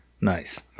Nice